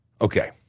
okay